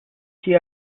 she